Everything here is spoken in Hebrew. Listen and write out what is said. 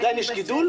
עדיין יש גידול.